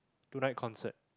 two night concert